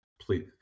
Please